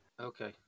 Okay